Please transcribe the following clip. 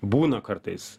būna kartais